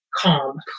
Calm